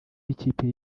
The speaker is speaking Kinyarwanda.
b’ikipe